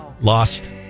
lost